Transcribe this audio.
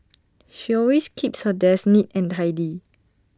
she always keeps her desk neat and tidy